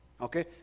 Okay